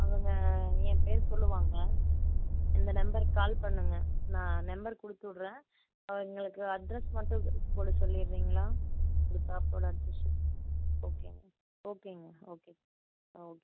அவங்க என் பேர் சொல்லுவாங்க இந்த நம்பருக்கு கால் பண்ணுங்கள் நான் நம்பர் கொடுத்துவுட்றேன் அவங்களுக்கு அட்ரஸ் மட்டும் போட சொல்லிடுறீங்களா உங்கள் ஷாப்போட அட்ரஸு ஓகேங்க ஓகேங்க ஓகே ஆ ஓகே